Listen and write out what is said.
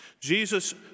Jesus